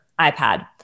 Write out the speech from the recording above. iPad